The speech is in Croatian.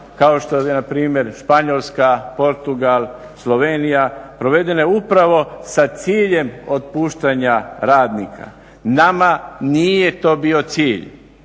kao što je npr. Španjolska, Portugal, Slovenija provedene upravo sa ciljem otpuštanja radnika. Nama nije to bio cilj,